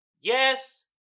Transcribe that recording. yes